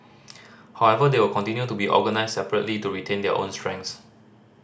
however they will continue to be organised separately to retain their own strengths